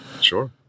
Sure